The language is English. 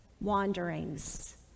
wanderings